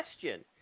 question